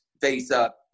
face-up